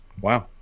wow